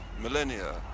millennia